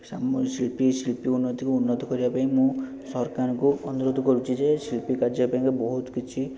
ଶାମୁ ଶିଳ୍ପୀ ଶିଳ୍ପୀ ଉନ୍ନତିକୁ ଉନ୍ନତ କରିବାପାଇଁ ମୁଁ ସରକାରଙ୍କୁ ଅନୁରୋଧ କରୁଛି ଯେ ଶିଳ୍ପୀ କାର୍ଯ୍ୟ ପାଇଁ ବହୁତ କିଛି